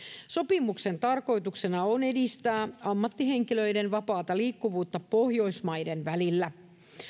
sopimuksen tarkoituksena on edistää ammattihenkilöiden vapaata liikkuvuutta pohjoismaiden välillä